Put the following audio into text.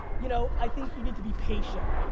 you know, i think you need to be patient.